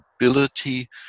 ability